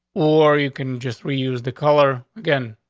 or you can just reuse the color again.